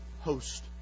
host